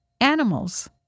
animals